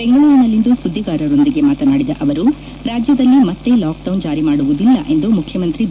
ಬೆಂಗಳೂರಿನಲ್ಲಿಂದು ಸುದ್ಗಿಗಾರರೊಂದಿಗೆ ಮಾತನಾಡಿದ ಅವರು ರಾಜ್ಯದಲ್ಲಿ ಮತ್ತೆ ಲಾಕ್ಡೌನ್ ಜಾರಿ ಮಾಡುವುದಿಲ್ಲ ಎಂದು ಮುಖ್ಯಮಂತ್ರಿ ಬಿ